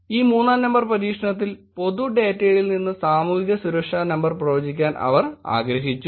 ഈ 3 ആം പരീക്ഷണത്തിൽ പൊതു ഡാറ്റയിൽ നിന്ന് സാമൂഹിക സുരക്ഷാ നമ്പർ പ്രവചിക്കാൻ അവർ ആഗ്രഹിച്ചു